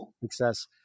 success